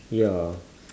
ya